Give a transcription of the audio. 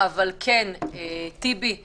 כן, טיבי,